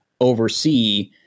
oversee